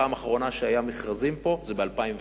הפעם האחרונה שהיו פה מכרזים היתה ב-2006.